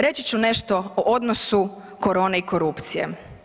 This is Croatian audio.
Reći ću nešto o odnosu korone i korupcije.